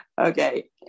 okay